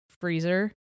freezer